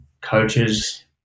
coaches